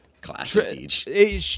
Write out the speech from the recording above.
Classic